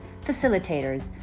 facilitators